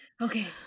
okay